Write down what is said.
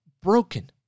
broken